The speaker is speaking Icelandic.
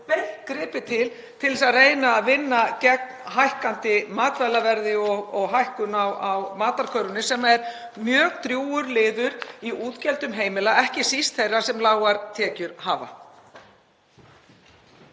gripið til til að reyna að vinna gegn hækkandi matvælaverði og hækkun á matarkörfunni sem er mjög drjúgur liður í útgjöldum heimila, ekki síst þeirra sem lágar tekjur hafa.